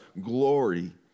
glory